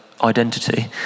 identity